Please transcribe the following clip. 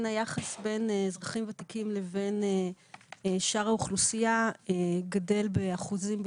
היחס בין אזרחים ותיקים לבין שאר האוכלוסייה גדל באחוזים,